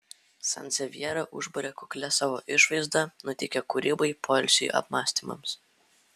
sansevjera užburia kuklia savo išvaizda nuteikia kūrybai poilsiui apmąstymams